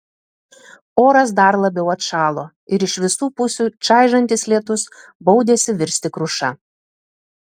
oras dar labiau atšalo ir iš visų pusių čaižantis lietus baudėsi virsti kruša